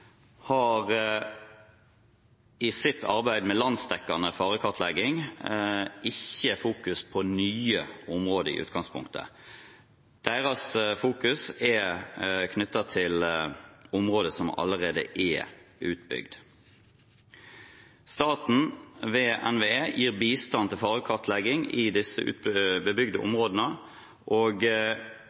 har i sitt arbeid med landsdekkende farekartlegging ikke fokus på nye områder i utgangspunktet. Deres fokus er knyttet til områder som allerede er utbygd. Staten, ved NVE, gir bistand til farekartlegging i disse bebygde områdene, og